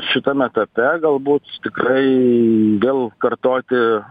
šitam etape galbūt tikrai vėl kartoti